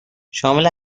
شامل